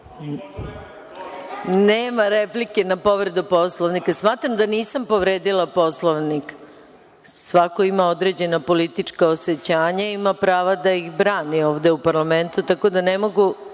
Nema replike na povredu Poslovnika. Smatram da nisam povredila Poslovnik. Svako ima određena politička osećanja i ima pravo da ih brani ovde u parlamentu, tako da ne mogu